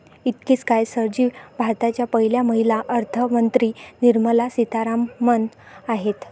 इतकेच काय, सर जी भारताच्या पहिल्या महिला अर्थमंत्री निर्मला सीतारामन आहेत